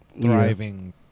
thriving